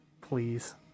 Please